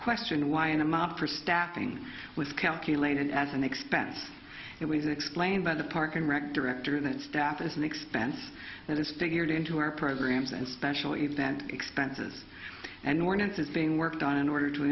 questioned why in a mob for staffing was calculated as an expense it was explained by the park and rec director that staff is an expense that is figured into our programs and special event expenses and mournin says being worked on in order to